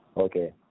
okay